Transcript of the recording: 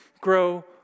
grow